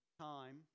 Time